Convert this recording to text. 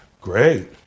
great